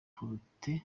protais